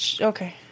Okay